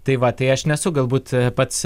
tai va tai aš nesu galbūt pats